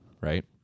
right